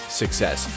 success